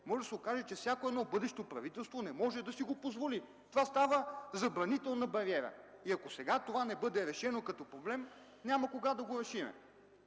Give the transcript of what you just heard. Може да се окаже, че всяко едно бъдещо правителство не може да си го позволи. Това става забранителна бариера. И ако сега това не бъде решено като проблем, няма кога да го решим.